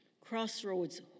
crossroads